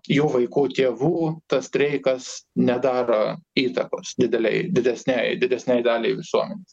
jų vaikų tėvų tas streikas nedaro įtakos didelei didesniajai didesnei daliai visuomenės